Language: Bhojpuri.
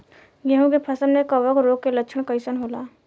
गेहूं के फसल में कवक रोग के लक्षण कइसन होला?